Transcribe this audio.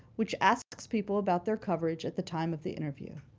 which asks people about their coverage at the time of the interview.